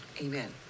Amen